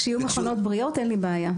כשיהיו מכונות בריאות אין לי בעיה.